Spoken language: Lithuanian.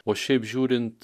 o šiaip žiūrint